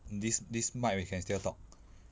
this this mic we can still talk